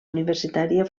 universitària